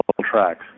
tracks